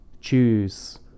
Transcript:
choose